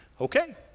okay